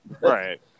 Right